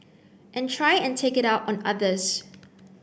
and try and take it out on others